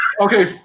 Okay